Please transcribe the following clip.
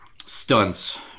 stunts